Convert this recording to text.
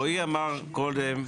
רואי אמר קודם,